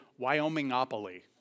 Wyomingopoly